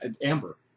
amber